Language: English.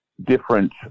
different